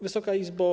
Wysoka Izbo!